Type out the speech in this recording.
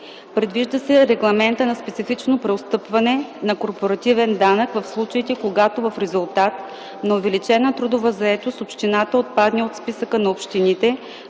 Предвижда се регламентът на специфично преотстъпване на корпоративен данък, в случаите когато в резултат на увеличена трудова заетост общината отпадне от списъка на общините,